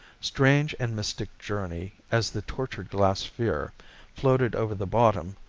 strange and mystic journey as the tortured glass sphere floated over the bottom,